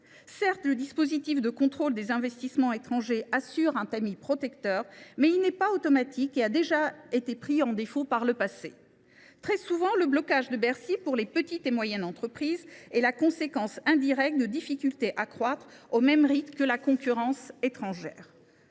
Certes, le dispositif de contrôle des investissements étrangers assure un tamis protecteur, mais il n’est pas automatique et a déjà été pris en défaut par le passé. Très souvent, le blocage de Bercy pour les petites et moyennes entreprises est la conséquence indirecte de difficultés à croître au même rythme que la concurrence étrangère.